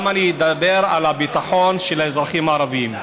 גם אני אדבר על הביטחון, של האזרחים הערבים.